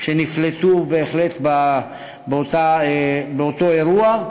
שנפלטו באותו אירוע,